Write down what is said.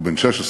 הוא בן 16,